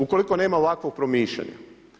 Ukoliko nema ovakvog promišljanja?